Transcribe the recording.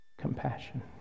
compassion